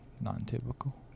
Non-typical